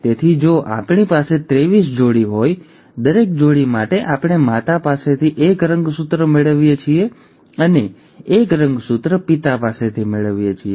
તેથી જો આપણી પાસે ત્રેવીસ જોડી હોય દરેક જોડી માટે આપણે માતા પાસેથી એક રંગસૂત્ર મેળવીએ છીએ અને એક રંગસૂત્ર પિતા પાસેથી મેળવીએ છીએ